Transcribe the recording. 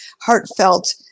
heartfelt